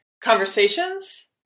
conversations